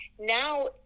now